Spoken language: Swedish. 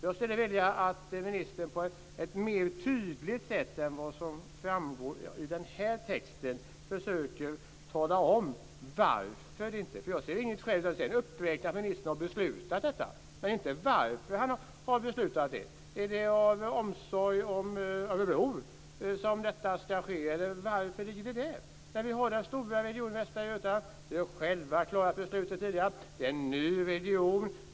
Jag skulle vilja att ministern på ett mer tydligt sätt än vad som framgår av texten i svaret försöker tala om varför vi inte får göra det. Ministern säger att han har beslutat detta, men inte varför han har gjort det. Är det av omsorg om Örebro som detta ska ske? Varför ska det ligga där när vi har den stora regionen Västra Götaland? Vi har själva klarat besluten tidigare. Det är en ny region.